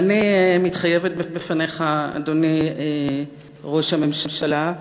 ואני מתחייבת בפניך, אדוני ראש הממשלה,